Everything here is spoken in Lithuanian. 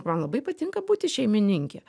man labai patinka būti šeimininke